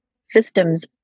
systems